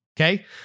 Okay